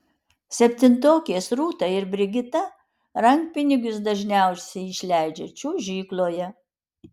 septintokės rūta ir brigita rankpinigius dažniausiai išleidžia čiuožykloje